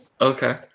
okay